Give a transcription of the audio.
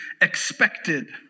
expected